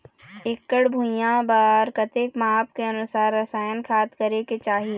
एकड़ भुइयां बार कतेक माप के अनुसार रसायन खाद करें के चाही?